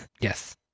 Yes